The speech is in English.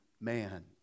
man